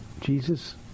Jesus